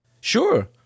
Sure